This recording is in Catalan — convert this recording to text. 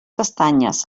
castanyes